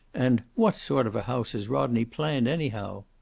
and what sort of a house has rodney planned, anyhow?